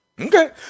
Okay